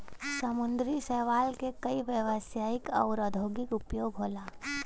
समुंदरी शैवाल के कई व्यवसायिक आउर औद्योगिक उपयोग होला